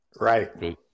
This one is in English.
right